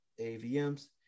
AVMs